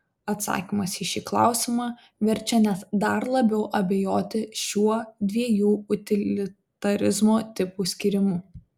atsakymas į šį klausimą verčia net dar labiau abejoti šiuo dviejų utilitarizmo tipų skyrimu